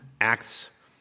Acts